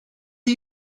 are